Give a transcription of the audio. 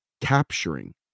capturing